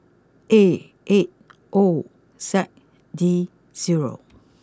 A eight O Z D zero